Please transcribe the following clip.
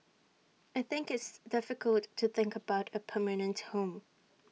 I think it's difficult to think about A permanent home